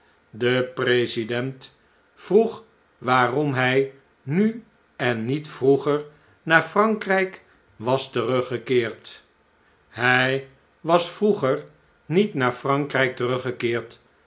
detoehoorde president vroeg waarom hj nu en niet vroeger naar erankrjjk was iteruggekeerd hjj was vroeger niet naar frankrtjk teruggekeerd